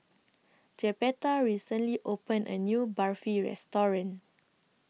Jeptha recently opened A New Barfi Restaurant